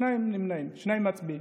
שניים נמנעים ושניים מצביעים.